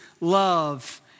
love